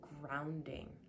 grounding